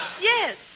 Yes